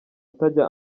utajya